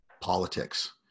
politics